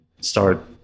start